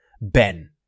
Ben